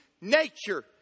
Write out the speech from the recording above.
nature